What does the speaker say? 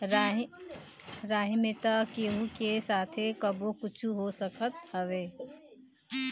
राही में तअ केहू के साथे कबो कुछु हो सकत हवे